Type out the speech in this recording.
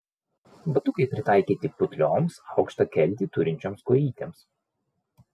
batukai pritaikyti putlioms aukštą keltį turinčioms kojytėms